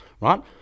right